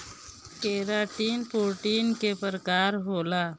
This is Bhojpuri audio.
केराटिन प्रोटीन के प्रकार होला